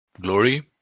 glory